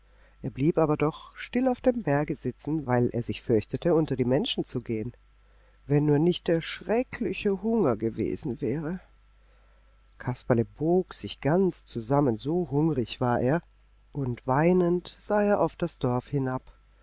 er blieb aber doch still auf dem berge sitzen weil er sich fürchtete unter die menschen zu gehen wenn nur nicht der schreckliche hunger gewesen wäre kasperle bog sich ganz zusammen so hungrig war er und weinend sah er auf das dorf hinab